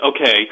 okay